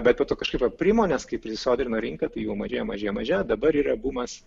bet po to kažkaip aprimo nes kai prisisodrino rinka tai jų mažėjo mažėjo mažėjo dabar yra bumas